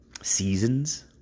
Seasons